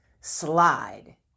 slide